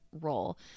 role